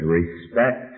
respect